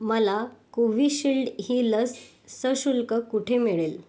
मला कोविशिल्ड ही लस सशुल्क कुठे मिळेल